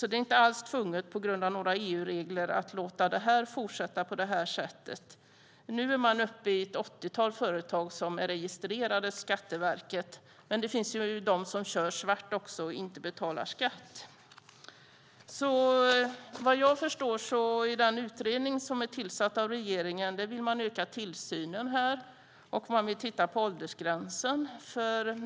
Det är inte alls tvunget på grund av några EU-regler att låta detta fortsätta på det här sättet. Nu är man uppe i ett åttiotal företag som är registrerade hos Skatteverket. Men det finns också de som kör svart och inte betalar skatt. Vad jag förstår av den utredning som är tillsatt av regeringen vill man öka tillsynen och titta på åldersgränsen.